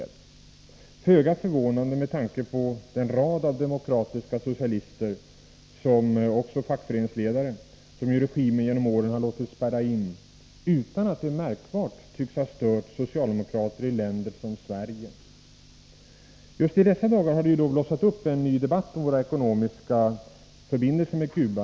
Det är föga förvånande med tanke på den rad av demokratiska socialister och fackföreningsledare som regimen genom åren låtit spärra in, utan att det märkbart tycks ha stört socialdemokrater i länder såsom Sverige. Just i dessa dagar har det ju blossat upp en ny debatt om våra ekonomiska förbindelser med Cuba.